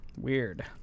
Weird